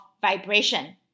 vibration